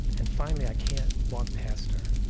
and finally, i can't walk past her.